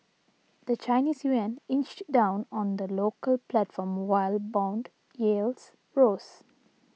the Chinese yuan inched down on the local platform while bond yields rose